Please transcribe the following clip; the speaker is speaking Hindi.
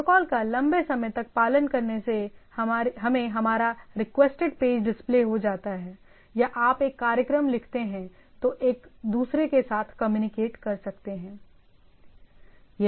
प्रोटोकॉल का लंबे समय तक पालन करने से हमें हमारा रिक्वेस्टेड पेज डिस्पले हो जाता हैया आप एक कार्यक्रम लिखते हैं जो एक दूसरे के साथ कम्युनिकेट कर सकते हैं